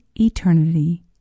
eternity